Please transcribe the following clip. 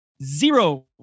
Zero